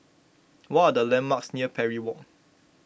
what are the landmarks near Parry Walk